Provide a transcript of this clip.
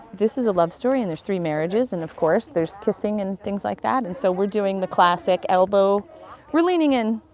this is a love story and there's three marriages and of course there's kissing and things like that and so we're doing the classic elbow we're leaning in,